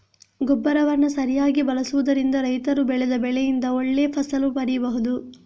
ಗೊಬ್ಬರವನ್ನ ಸರಿಯಾಗಿ ಬಳಸುದರಿಂದ ರೈತರು ಬೆಳೆದ ಬೆಳೆಯಿಂದ ಒಳ್ಳೆ ಫಸಲು ಪಡೀಬಹುದು